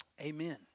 Amen